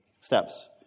steps